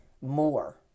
more